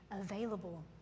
available